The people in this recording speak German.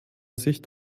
sicht